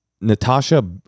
natasha